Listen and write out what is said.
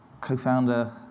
co-founder